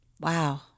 Wow